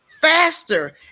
faster